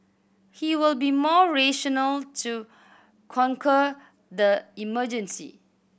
he will be more rational to conquer the emergency